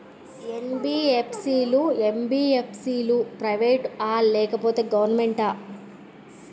NBFC లు, MBFC లు private ఆ లేకపోతే గవర్నమెంటా?